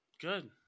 Good